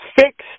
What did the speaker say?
fixed